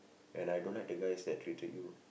and I don't like the guys that treated you